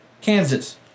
Kansas